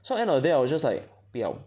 so end of the day I was just like 不要